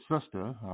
sister